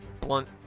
blunt